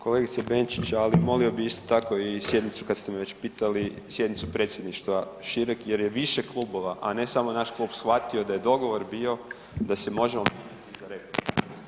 Kolegica Benčić, ali molio bih isto tako i sjednicu kad ste me već pitali sjednicu Predsjedništva šireg jer je više klubova, a ne samo naš klub shvatio da je dogovor bio da se možemo